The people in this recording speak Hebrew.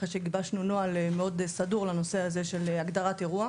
אחרי שגיבשנו נוהל מאוד סדור לנושא הזה של הגדרת אירוע.